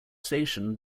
station